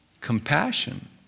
compassion